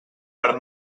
per